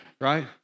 Right